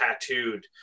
tattooed